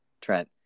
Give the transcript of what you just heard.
Trent